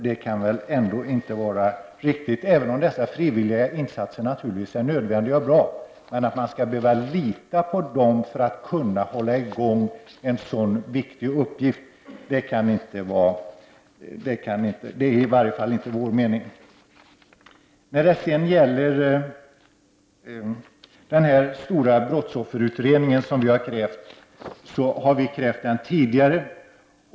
Det kan väl inte vara riktigt, även om dessa frivilliga insatser är nödvändiga och bra. Men att man skall behöva lita på dem för att kunna hålla i gång en så viktig uppgift är i varje fall inte vår mening. Den stora brottsofferutredning som vi har krävt har vi ställt krav om tidigare.